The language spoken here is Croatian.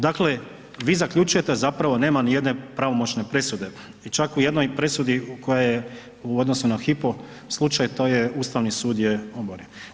Dakle vi zaključujete zapravo nema nijedna pravomoćne presude i čak u jednoj presudi koja je u odnosu na HYPO slučaj to je Ustavni sud je oboren.